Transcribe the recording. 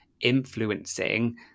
influencing